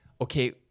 okay